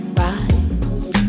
rise